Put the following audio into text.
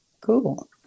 cool